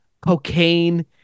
cocaine